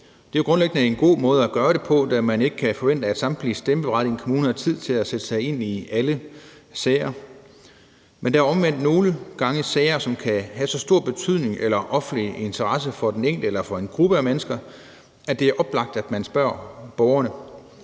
Det er grundlæggende en god måde at gøre det på, da man ikke kan forvente, at samtlige stemmeberettigede i en kommune har tid til at sætte sig ind i alle sager. Men der er omvendt nogle gange sager, som kan have så stor betydning eller offentlig interesse for den enkelte eller for en gruppe af mennesker, at det er oplagt, at man spørger borgerne.